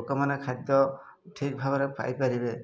ଲୋକମାନେ ଖାଦ୍ୟ ଠିକ୍ ଭାବରେ ପାଇପାରିବେ